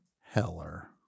Heller